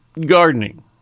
gardening